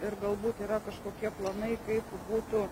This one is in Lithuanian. ir galbūt yra kažkokie planai kaip būtų